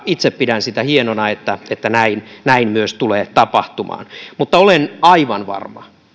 itse pidän sitä hienona että että näin näin myös tulee tapahtumaan mutta olen aivan varma